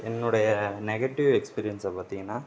என்னுடைய நெகடிவ் எக்ஸ்பீரியன்ஸை பார்த்திங்கன்னா